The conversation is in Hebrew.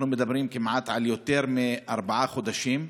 אנחנו מדברים כמעט, על יותר מארבעה חודשים,